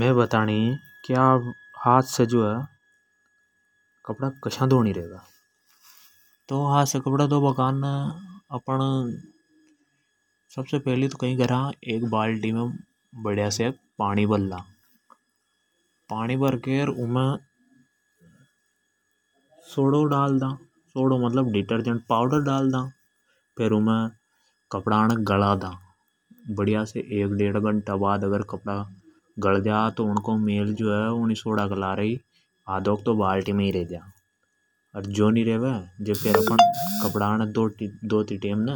मै बताणी की हाथ से कपड़ा कसा धोणी रेवे। तो हाथ से कपड़ा धोबा कानने अपण सबसे पेलि एक बाल्टी ला। उमे पाणी भर ला। फेर् सोडो डाल दा फेर् उमे कपड़ा ने गला दा। बडीआ से एक डेढ़ घंटा बाद कपड़ा गल जा। तो सोडा के लारे ऊँनको मैल जो है आदोक तो बाल्टी मे ही रे जा। बाकी जो बचे ऊँणी ये कपड़ा ने धोती टेम ने